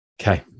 Okay